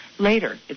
Later